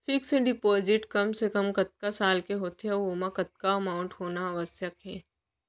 Fix deposit कम से कम कतका साल के होथे ऊ ओमा कतका अमाउंट होना आवश्यक हे?